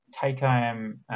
take-home